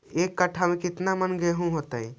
एक कट्ठा में केतना मन गेहूं होतै?